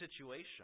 situation